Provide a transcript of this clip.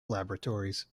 laboratories